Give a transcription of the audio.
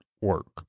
work